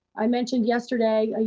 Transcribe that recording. i mentioned yesterday, ah